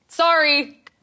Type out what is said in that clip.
Sorry